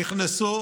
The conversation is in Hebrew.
נכנסו